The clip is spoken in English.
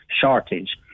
shortage